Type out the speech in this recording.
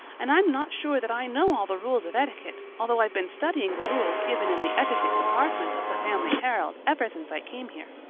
and i'm not sure that i know all the rules of etiquette, although i've been studying the rules given in the etiquette department of the family herald ever since i came here.